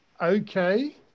Okay